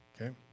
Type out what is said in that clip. Okay